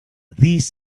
these